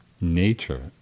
nature